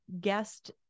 guest